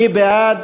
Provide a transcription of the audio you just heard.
מי בעד?